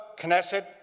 Knesset